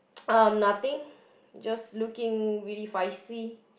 um nothing just looking really feisty